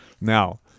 Now